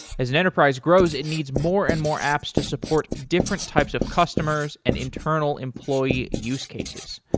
as an enterprise grows, it needs more and more apps to support different types of customers and internal employee use cases.